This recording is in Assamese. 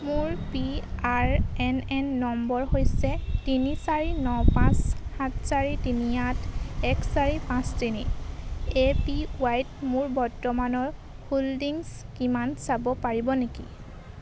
মোৰ P R A N number হৈছে তিনি চাৰি ন পাঁচ সাত চাৰি তিনি আঠ এক চাৰি পাঁচ তিনি এ পি ৱাই ত মোৰ বৰ্তমানৰ হোল্ডিংছ কিমান চাব পাৰিব নেকি